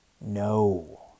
no